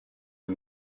uyu